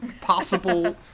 possible